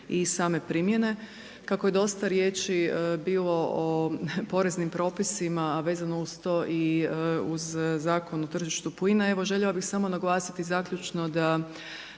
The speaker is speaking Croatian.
i same primjene. Kako je dosta riječi bilo o poreznim propisima a vezano uz to i uz Zakon o tržištu plina, evo željela bih samo naglasiti zaključno da